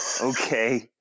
okay